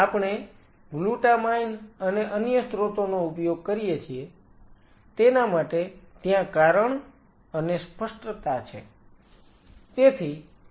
આપણે ગ્લુટામાઈન અને અન્ય સ્રોતોનો ઉપયોગ કરીએ છીએ તેના માટે ત્યાં કારણ અને સ્પષ્ટતા છે